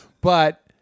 But-